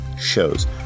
shows